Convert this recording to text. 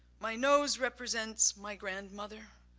my nose represents my grandmother.